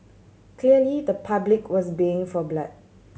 clearly the public was baying for blood